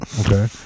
Okay